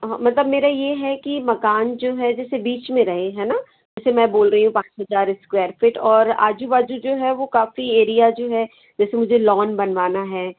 हाँ मतलब मेरा ये है कि मकान जो है जैसे बीच में रहे है ना जैसे मैं बोल रही हू पाँच हज़ार स्क्वायर फीट और आज़ू बाज़ू जो है वो काफ़ी एरिया जो है जैसे मुझे लॉन बनवाना है